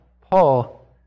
Paul